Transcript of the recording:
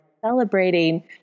celebrating